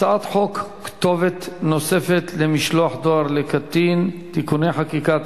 הצעת חוק כתובת נוספת למשלוח דואר לקטין (תיקוני חקיקה),